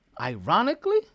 ironically